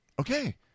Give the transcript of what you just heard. Okay